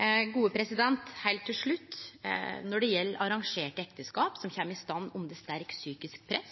Heilt til slutt: Når det gjeld arrangerte ekteskap som kjem i